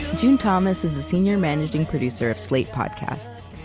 june thomas is the senior managing producer of slate podcasts.